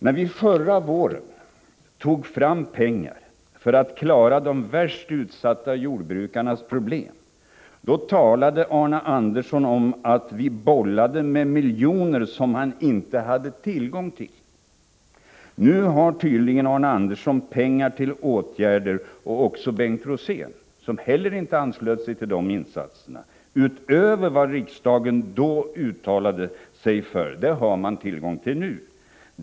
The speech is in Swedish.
När vi förra våren tog fram pengar för att klara de värst utsatta jordbrukarnas problem, då sade Arne Andersson att vi bollade med miljoner som man inte hade tillgång till. Nu har tydligen Arne Andersson, och likaså Bengt Rosén som heller inte anslöt sig till de insatserna, pengar till åtgärder utöver vad riksdagen då uttalade sig för.